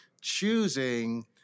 choosing